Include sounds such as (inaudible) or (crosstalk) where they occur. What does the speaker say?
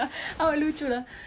(noise) um